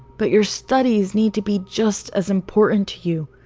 but your studies need to be just as important to you.